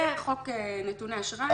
זה חוק נתוני אשראי.